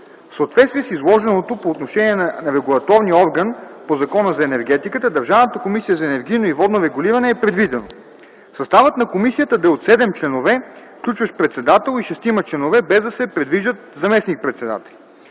В съответствие с изложеното по отношение на регулаторния орган по Закона за енергетиката – Държавната комисия за енергийно и водно регулиране, е предвидено: - съставът на комисията да е от 7 членове, включващ председател и шестима членове, без да се предвиждат заместник-председатели;